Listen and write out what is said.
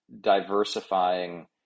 diversifying